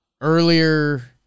Earlier